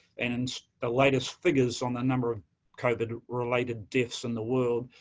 and the latest figures on the number of covid-related deaths in the world,